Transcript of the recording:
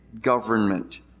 government